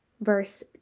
verse